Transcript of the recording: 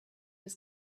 was